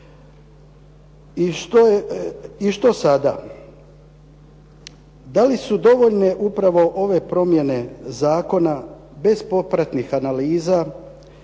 I što sada? Da li su dovoljne upravo ove promjene zakona bez popratnih analiza,